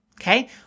okay